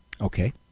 Okay